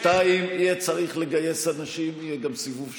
2. יהיה צריך לגייס אנשים, יהיה גם סיבוב שלישי,